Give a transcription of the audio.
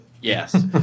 Yes